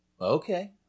Okay